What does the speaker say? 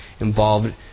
involved